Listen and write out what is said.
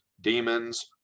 demons